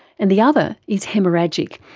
and the other is haemorrhagic,